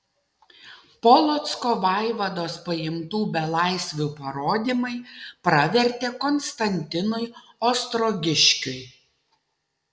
polocko vaivados paimtų belaisvių parodymai pravertė konstantinui ostrogiškiui